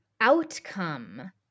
outcome